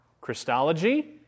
Christology